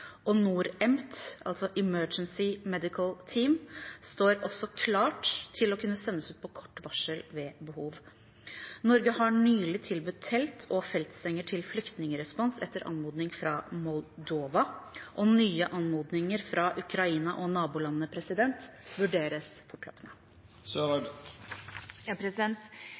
Medical Team, står også klart til å kunne sendes ut på kort varsel ved behov. Norge har nylig tilbudt telt og feltsenger til flyktningrespons, etter anmodning fra Moldova. Nye anmodninger fra Ukraina og nabolandene vurderes fortløpende.